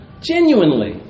genuinely